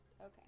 Okay